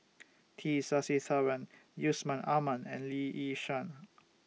T Sasitharan Yusman Aman and Lee Yi Shyan